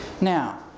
Now